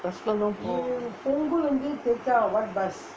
bus லே தான் போனோம்:lae thaan ponom